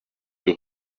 deux